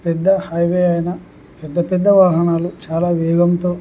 పెద్ద హైవే అయిన పెద్ద పెద్ద వాహనాలు చాలా వేగంతో